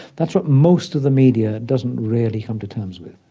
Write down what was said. that's what most of the media doesn't really come to terms with.